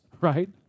right